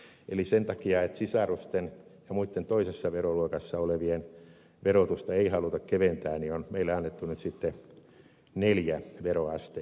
eli sen takia että sisarusten ja muitten toisessa veroluokassa olevien verotusta ei haluta keventää on meille annettu nyt sitten neljä veroasteikkoa